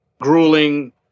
grueling